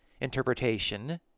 interpretation